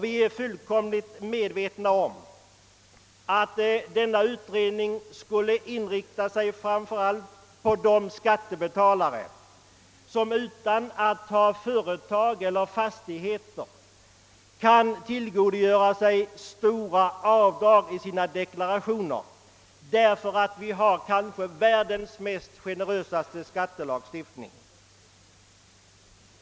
Vi är fullt medvetna om att denna utredning bör inrikta sig framför allt på de skattebetalare, som utan att ha företag eller fastigheter kan tillgodogöra sig stora avdrag i sina deklarationer därför att vi har världens kanske mest generösa avdragsrätt i vår skattelagstiftning.